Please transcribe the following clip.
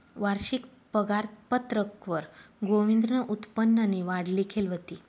वारशिक पगारपत्रकवर गोविंदनं उत्पन्ननी वाढ लिखेल व्हती